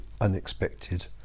unexpected